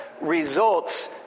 results